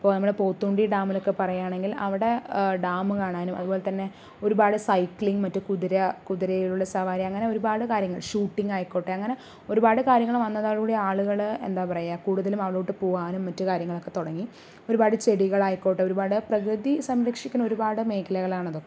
ഇപ്പോൾ നമ്മളെ പോത്തുണ്ടി ഡാമിലൊക്കെ പറയുകയാണെങ്കിൽ അവിടെ ഡാം കാണാനും അതുപോലെത്തന്നെ ഒരുപാട് സൈക്ലിംഗ് മറ്റു കുതിര കുതിരയിലുള്ള സവാരി അങ്ങനെ ഒരുപാട് കാര്യങ്ങൾ ഷൂട്ടിംഗ് ആയിക്കോട്ടെ അങ്ങനെ ഒരുപാട് കാര്യങ്ങൾ വന്നതോടുകൂടി ആളുകൾ എന്താ പറയുക കൂടുതലും അവിടോട്ട് പോകാനും മറ്റു കാര്യങ്ങളൊക്കെ തുടങ്ങി ഒരുപാട് ചെടികൾ ആയിക്കോട്ടെ ഒരുപാട് പ്രകൃതി സംരക്ഷിക്കുന്ന ഒരുപാട് മേഖലകളാണ് അതൊക്കെ